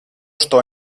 что